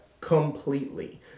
completely